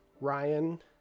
Ryan